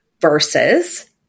versus